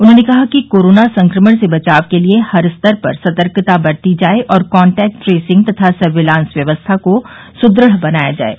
उन्होंने कहा कि कोरोना संक्रमण से बचाव के लिये हर स्तर पर सतर्कता बरती जाये और कांटैक्ट ट्रेसिंग तथा सर्विलांस व्यवस्था को सुदृढ़ बनाया जाये